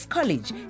College